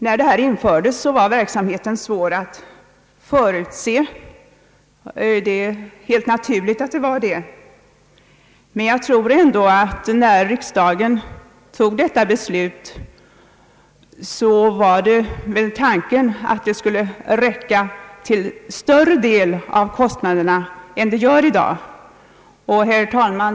När den särskilda hälsooch sjukvården för studerande infördes var det helt naturligt svårt att förutse verksamhetens omfattning. När riksdagen fattade detta beslut var nog tanken att bidraget skulle täcka en större del av kostnaderna än vad som i dag är fallet.